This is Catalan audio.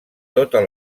totes